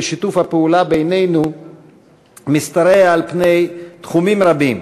ושיתוף הפעולה בינינו משתרע על פני תחומים רבים,